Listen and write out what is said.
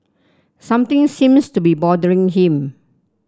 something seems to be bothering him